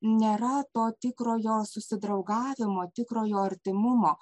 nėra to tikrojo susidraugavimo tikrojo artimumo